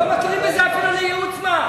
לא מכירים בזה אפילו לייעוץ מס.